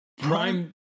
Prime